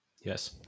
Yes